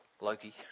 Loki